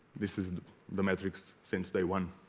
this is the matrix since day one